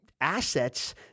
assets